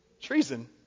Treason